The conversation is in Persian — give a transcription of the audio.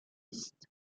است